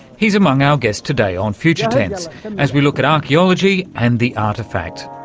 he's among our guests today on future tense as we look at archaeology and the artefact,